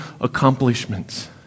accomplishments